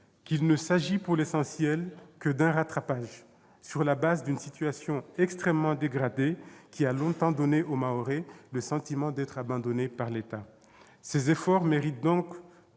qu'il ne s'agit, pour l'essentiel, que d'un rattrapage, sur la base d'une situation extrêmement dégradée, qui a longtemps donné aux Mahorais le sentiment d'être abandonnés par l'État. Ces efforts méritent donc